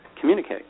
communicate